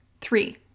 Three